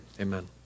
amen